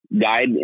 guide